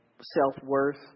self-worth